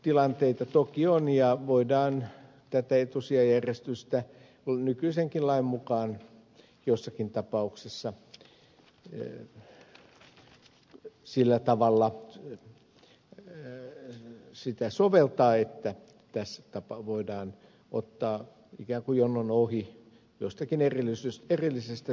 poikkeustilanteita toki on ja voidaan tätä etusijajärjestystä nykyisenkin lain mukaan joissakin tapauksissa sillä tavalla soveltaa että voidaan ottaa ikään kuin jonon ohi jostakin erillisestä syystä hakijoita